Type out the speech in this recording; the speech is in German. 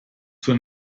zur